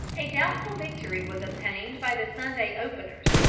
a doubtful victory was obtained by the sunday openers,